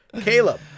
Caleb